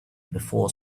before